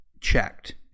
checked